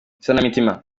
n’isanamitima